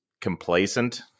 complacent